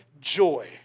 joy